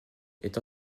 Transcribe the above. est